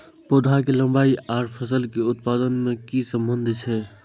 पौधा के लंबाई आर फसल के उत्पादन में कि सम्बन्ध छे?